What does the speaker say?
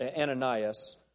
Ananias